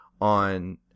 on